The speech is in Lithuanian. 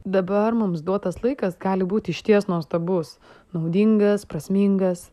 dabar mums duotas laikas gali būti išties nuostabus naudingas prasmingas